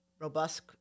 robust